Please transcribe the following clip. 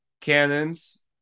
cannons